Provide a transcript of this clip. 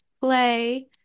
play